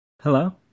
Hello